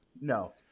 No